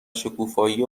شکوفایی